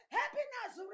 happiness